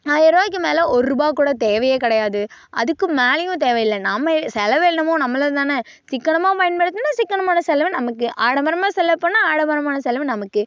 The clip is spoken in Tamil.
ஆயிர்ரூபாய்க்கு மேலே ஒர்ரூபா கூட தேவையே கிடையாது அதற்கு மேலேயும் தேவையில்ல நம்ம செலவு என்னமோ நம்மளுதுதானே சிக்கனமாக பயன்படுத்தினா சிக்கனமான செலவு நமக்கு ஆடம்பரமாக செலவு பண்ணால் ஆடம்பரமான செலவு நமக்கு